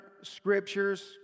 scriptures